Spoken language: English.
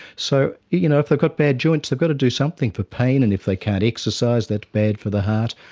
so you know if they've got bad joints they've got to do something for pain, and if they can't exercise that's bad for the heart.